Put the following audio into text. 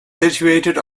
situated